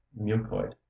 mucoid